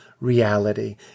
reality